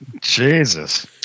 Jesus